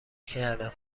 کردم